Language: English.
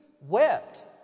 wept